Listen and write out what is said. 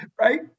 right